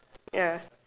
ya